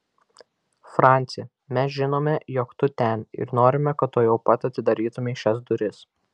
franci mes žinome jog tu ten ir norime kad tuojau pat atidarytumei šias duris